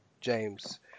James